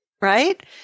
right